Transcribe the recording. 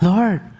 Lord